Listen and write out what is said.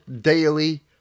Daily